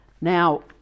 Now